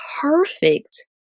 perfect